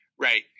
Right